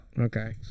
Okay